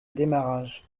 démarrage